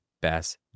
best